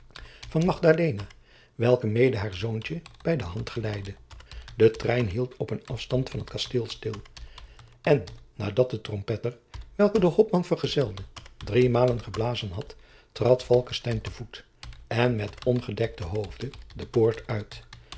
welke mede haar zoontje bij de hand geleidde de trein hield op een afstand van het kasteel stil en nadat de trompetter welke den jacob van lennep de pleegzoon hopman vergezelde driemalen geblazen had trad falckestein te voet en met ongedekten hoofde de poort uit